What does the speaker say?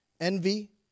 envy